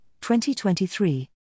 2023